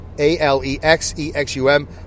A-L-E-X-E-X-U-M